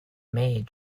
maid